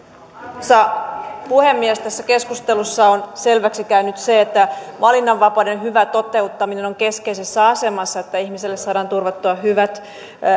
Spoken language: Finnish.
arvoisa puhemies tässä keskustelussa on selväksi käynyt se että valinnanvapauden hyvä toteuttaminen on keskeisessä asemassa että ihmiselle saadaan turvattua hyvät